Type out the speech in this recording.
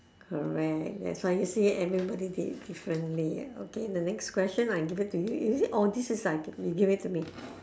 correct that's why you see everybody they eat differently okay the next question I give it to you is it or this is I you give it to me